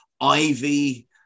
Ivy